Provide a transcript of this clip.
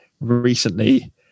recently